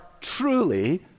truly